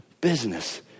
business